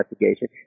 investigation